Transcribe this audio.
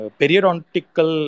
periodontical